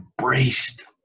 embraced